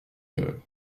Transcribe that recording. coeur